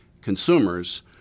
consumers